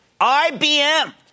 IBM